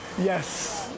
Yes